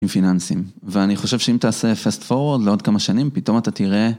פיננסים ואני חושב שאם תעשה פסט פורוד לעוד כמה שנים פתאום אתה תראה.